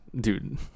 dude